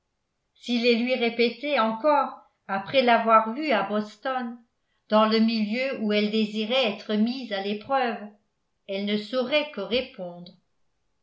s'il les lui répétait encore après l'avoir vue à boston dans le milieu où elle désirait être mise à l'épreuve elle ne saurait que répondre